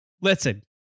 Listen